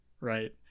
right